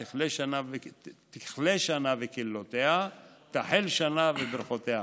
תכלה שנה וקללותיה, תחל שנה וברכותיה.